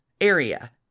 area